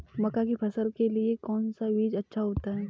मक्का की फसल के लिए कौन सा बीज अच्छा होता है?